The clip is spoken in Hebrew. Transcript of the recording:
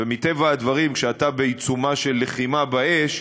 ומטבע הדברים, כשאתה בעיצומה של לחימה באש,